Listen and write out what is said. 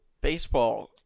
Baseball